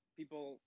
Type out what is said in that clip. people